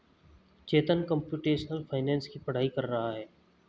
चेतन computational finance की पढ़ाई कर रहा है